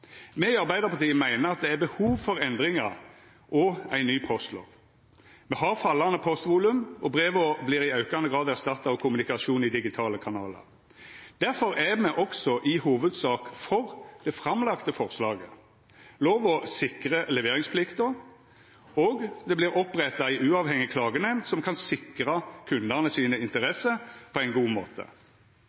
Me i Arbeidarpartiet meiner at det er behov for endringar og ei ny postlov. Me har fallande postvolum, og breva vert i aukande grad erstatta av kommunikasjon i digitale kanalar. Difor er me også i hovudsak for det framlagde forslaget. Lova sikrar leveringsplikta, og det vert oppretta ei uavhengig klagenemnd som kan sikra kundane sine interesser på ein god måte.